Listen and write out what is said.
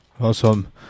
awesome